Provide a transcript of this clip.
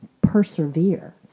persevere